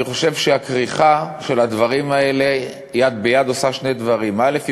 אני חושב שהכריכה של הדברים האלה יד ביד עושה שני דברים: א.